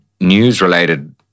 news-related